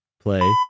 play